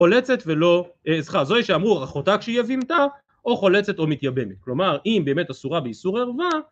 חולצת ולא, סליחה זוהי שאמרו אחותה כשהיא יבימתה או חולצת או מתייבמת, כלומר אם באמת אסורה באיסור ערווה